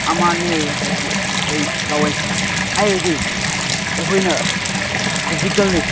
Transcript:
ꯑꯃꯅꯦ ꯍꯥꯏꯕꯁꯦ ꯑꯩ ꯂꯧꯋꯦ ꯍꯥꯏꯔꯗꯤ ꯑꯩꯈꯣꯏꯅ ꯐꯤꯖꯤꯀꯦꯜꯂꯤ